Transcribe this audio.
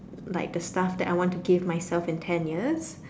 like the stuff that I want to give myself in ten years